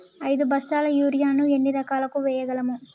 ఐదు బస్తాల యూరియా ను ఎన్ని ఎకరాలకు వేయగలము?